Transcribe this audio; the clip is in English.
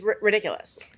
ridiculous